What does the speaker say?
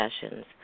sessions